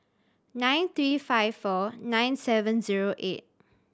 nine three five four nine seven zero eight